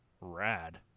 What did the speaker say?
rad